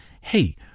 hey